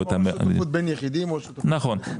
-- או שותפות בין יחידים או שותפות -- נכון,